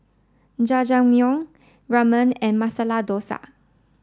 Jajangmyeon Ramen and Masala Dosa